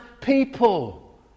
people